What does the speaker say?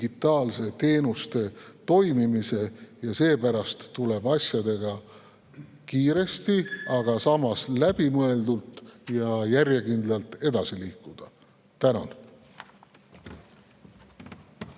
teenuste toimimise. Seepärast tuleb asjadega kiiresti, aga samas läbimõeldult ja järjekindlalt edasi liikuda. Tänan!